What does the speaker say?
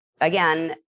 Again